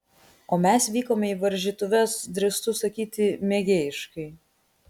o mes vykome į varžytuves drįstu sakyti mėgėjiškai